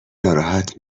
ناراحت